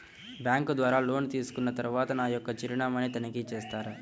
Bank ద్వారా loan తీసుకున్న తరువాత నా యొక్క చిరునామాని తనిఖీ చేస్తారా?